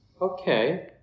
Okay